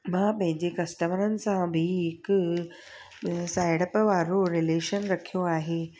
मां पंहिंजे कस्टमरनि सां बि हिकु साहेड़प वारो रीलेशन रखियो आहे